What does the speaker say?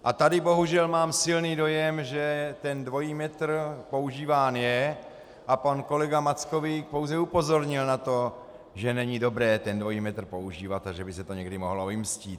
A tady bohužel mám silný dojem, že dvojí metr používán je, a pan kolega Mackovík pouze upozornil na to, že není dobré dvojí metr používat a že by se to někdy mohlo vymstít.